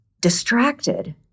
distracted